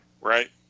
Right